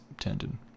tendon